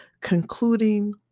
concluding